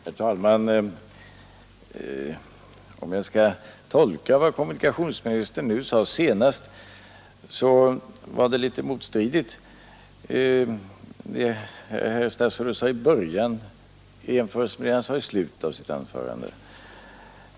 Herr talman! Om jag skall tolka vad kommunikationsministern senast yttrade, så var det kommunikationsministern sade i början av anförandet litet motstridande mot det han sade i slutet.